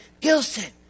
Gilson